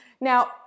Now